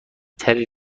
تری